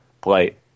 play